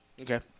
Okay